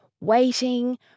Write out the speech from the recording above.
waiting